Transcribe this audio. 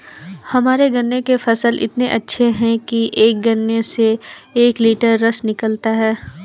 हमारे गन्ने के फसल इतने अच्छे हैं कि एक गन्ने से एक लिटर रस निकालता है